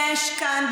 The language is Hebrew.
יש כאן,